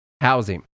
housing